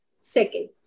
Second